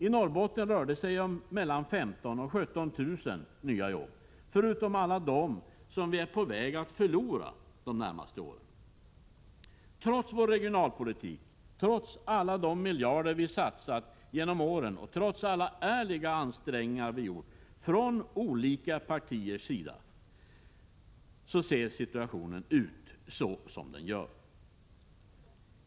I Norrbotten rör det sig om 15 000-17 000 nya jobb, förutom alla dem som vi är på väg att förlora de närmaste åren — trots vår regionalpolitik, trots alla de miljarder vi satsat genom åren och trots alla ärliga ansträngningar vi gjort från alla partiers sida.